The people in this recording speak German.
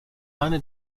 eine